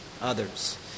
others